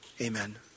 amen